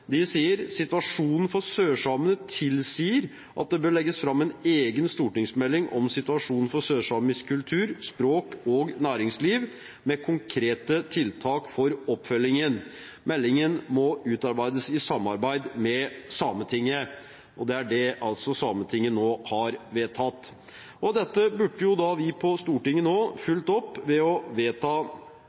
De sier at situasjonen for sørsamene tilsier at det bør legges fram en egen stortingsmelding om situasjonen for sørsamisk kultur, språk og næringsliv med konkrete tiltak for oppfølgingen, og at meldingen må utarbeides i samarbeid med Sametinget. Det er det Sametinget nå har vedtatt. Dette burde vi på Stortinget ha fulgt opp ved å vedta